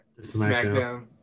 SmackDown